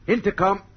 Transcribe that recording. Intercom